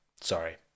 sorry